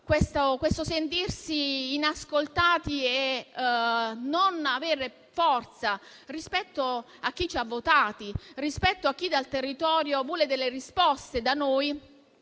questo sentirsi inascoltati e non avere forza rispetto a chi ci ha votati, rispetto a chi dal territorio vuole da noi delle risposte.